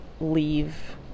leave